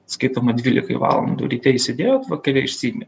skaitoma dvylikai valandų ryte įsidėjot vakare išsiimi